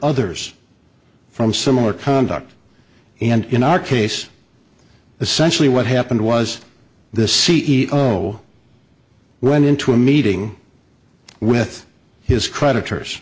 others from similar conduct and in our case essentially what happened was the c e o went into a meeting with his creditors